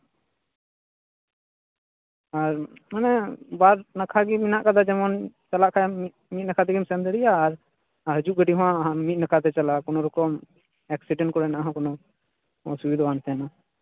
ᱟᱨ ᱢᱟᱱᱮ ᱵᱟᱨ ᱱᱟᱠᱷᱟᱜᱮ ᱢᱮᱱᱟᱜ ᱠᱟᱫᱟ ᱡᱮᱢᱚᱱ ᱪᱟᱞᱟᱜ ᱠᱷᱟᱱᱮᱢ ᱢᱤᱫ ᱱᱟᱠᱷᱟ ᱛᱮᱜᱮᱢ ᱥᱮᱱ ᱫᱟᱲᱮᱭᱟᱜᱼᱟ ᱟᱨ ᱦᱤᱡᱩᱜ ᱜᱟᱹᱰᱤ ᱦᱚᱸ ᱢᱤᱫ ᱱᱟᱠᱷᱟᱛᱮᱜᱮ ᱪᱟᱞᱟᱜᱼᱟ ᱠᱚᱱᱳ ᱨᱚᱠᱚᱢ ᱮᱠᱥᱤᱰᱮᱱ ᱠᱚᱨᱮᱱᱟᱜ ᱦᱚᱸ ᱠᱚᱱᱳ ᱚᱥᱩᱵᱤᱫᱟ ᱵᱟᱝ ᱛᱟᱦᱮᱱᱟ